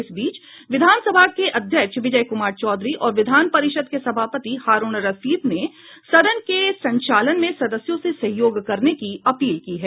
इस बीच विधान सभा के अध्यक्ष विजय कुमार चौधरी और विधान परिषद के सभापति हारूण रशीद ने सदन के संचालन में सदस्यों से सहयोग करने की अपील की है